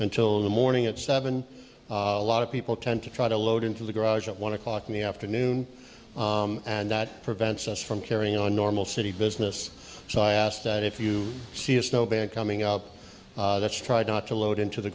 until the morning at seven a lot of people tend to try to load into the garage at one o'clock in the afternoon and that prevents us from carrying on normal city business so i asked that if you see a snowbank coming out that's tried not to load into the